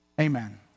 Amen